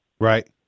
Right